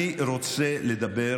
אני רוצה לדבר,